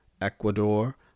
Ecuador